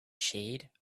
shade